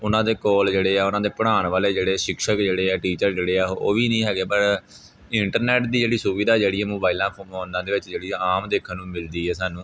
ਉਹਨਾਂ ਦੇ ਕੋਲ ਜਿਹੜੇ ਆ ਉਹਨਾਂ ਦੇ ਪੜ੍ਹਾਉਣ ਵਾਲੇ ਜਿਹੜੇ ਸ਼ਿਖਸ਼ਕ ਜਿਹੜੇ ਆ ਟੀਚਰ ਜਿਹੜੇ ਆ ਉਹ ਵੀ ਨਹੀਂ ਹੈਗੇ ਪਰ ਇੰਟਰਨੈਟ ਦੀ ਜਿਹੜੀ ਸੁਵਿਧਾ ਜਿਹੜੀ ਮੋਬਾਈਲਾਂ ਫੋਨਾਂ ਦੇ ਵਿੱਚ ਜਿਹੜੀ ਆਮ ਦੇਖਣ ਨੂੰ ਮਿਲਦੀ ਹੈ ਸਾਨੂੰ